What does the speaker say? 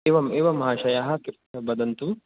एवं एवम् महाशयाः वदन्तु